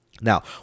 Now